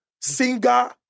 singer